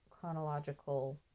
chronological